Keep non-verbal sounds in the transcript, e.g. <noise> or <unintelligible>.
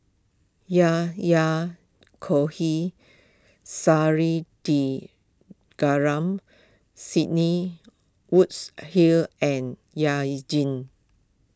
Yahya Cohen <unintelligible> Sidney woods hill and <unintelligible> Jin